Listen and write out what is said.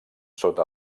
sota